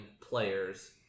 players